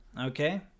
okay